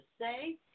say